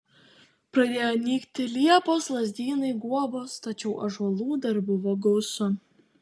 pradėjo nykti liepos lazdynai guobos tačiau ąžuolų dar buvo gausu